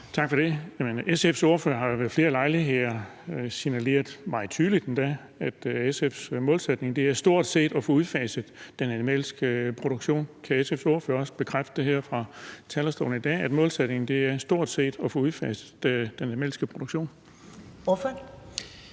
SF's ordfører har jo ved flere lejligheder signaleret – meget tydeligt endda – at SF's målsætning er stort set at få udfaset den animalske produktion. Kan SF's ordfører også bekræfte her fra talerstolen i dag, at målsætningen er stort set at få udfaset den animalske produktion?